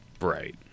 Right